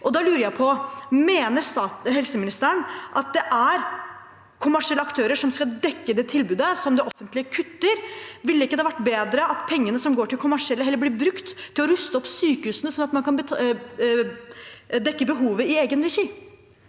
på: Mener helseministeren at det er kommersielle aktører som skal dekke det tilbudet det offentlige kutter? Ville det ikke vært bedre at pengene som går til kommersielle, heller blir brukt til å ruste opp sykehusene, sånn at man kan dekke behovet i egen regi?